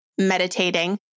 meditating